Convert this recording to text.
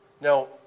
Now